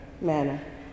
manner